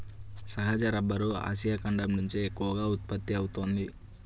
సహజ rubber Asia ఖండం నుంచే ఎక్కువగా ఉత్పత్తి అవుతోంది